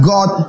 God